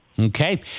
Okay